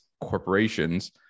corporations